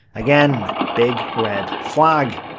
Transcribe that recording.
again, big red flag.